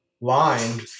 Lined